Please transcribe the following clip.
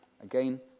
Again